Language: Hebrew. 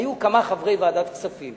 היו כמה חברי ועדת כספים